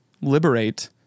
liberate